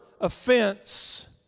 offense